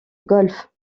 golfe